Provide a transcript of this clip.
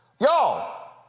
Y'all